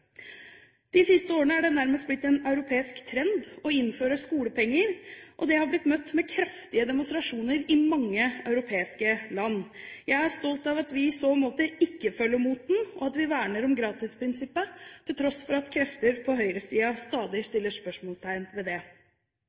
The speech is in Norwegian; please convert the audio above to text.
De siste årene er det nærmest blitt en europeisk trend å innføre skolepenger, og det har blitt møtt med kraftige demonstrasjoner i mange europeiske land. Jeg er stolt av at vi i så måte ikke følger moten, og at vi verner om gratisprinsippet, til tross for at krefter på høyresiden stadig setter spørsmålstegn ved det.